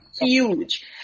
huge